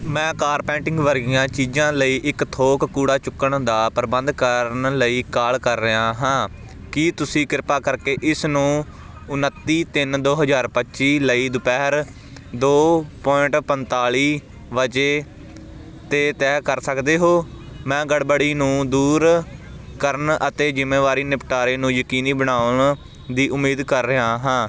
ਮੈਂ ਕਾਰਪੈਟਿੰਗ ਵਰਗੀਆਂ ਚੀਜ਼ਾਂ ਲਈ ਇੱਕ ਥੋਕ ਕੂੜਾ ਚੁੱਕਣ ਦਾ ਪ੍ਰਬੰਧ ਕਰਨ ਲਈ ਕਾਲ ਕਰ ਰਿਹਾ ਹਾਂ ਕੀ ਤੁਸੀਂ ਕਿਰਪਾ ਕਰਕੇ ਇਸ ਨੂੰ ਉਨੱਤੀ ਤਿੰਨ ਦੋ ਹਜ਼ਾਰ ਪੱਚੀ ਲਈ ਦੁਪਹਿਰ ਦੋ ਪੁਆਇੰਟ ਪੰਤਾਲੀ ਵਜੇ 'ਤੇ ਤਹਿ ਕਰ ਸਕਦੇ ਹੋ ਮੈਂ ਗੜਬੜੀ ਨੂੰ ਦੂਰ ਕਰਨ ਅਤੇ ਜ਼ਿੰਮੇਵਾਰੀ ਨਿਪਟਾਰੇ ਨੂੰ ਯਕੀਨੀ ਬਣਾਉਣ ਦੀ ਉਮੀਦ ਕਰ ਰਿਹਾ ਹਾਂ